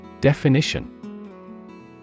Definition